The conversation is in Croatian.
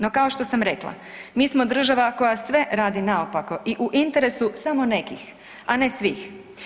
No, kao što sam rekla, mi smo država koja sve radi naopako i u interesu samo nekih, a ne svih.